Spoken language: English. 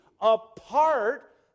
apart